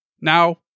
Now